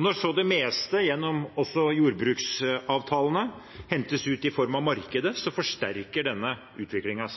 Når så det meste gjennom jordbruksavtalene hentes ut i form av markedet, forsterkes denne utviklingen